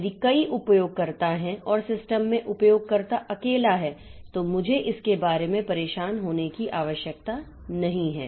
यदि कई उपयोगकर्ता हैं और सिस्टम में उपयोगकर्ता अकेला है तो मुझे इसके बारे में परेशान होने की आवश्यकता नहीं है